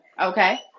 okay